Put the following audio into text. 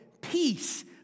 peace